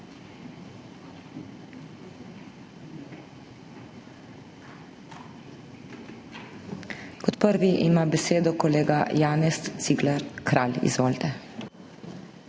Kot prvi ima besedo kolega Janez Cigler Kralj. Izvolite.